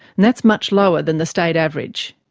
and that's much lower than the state average.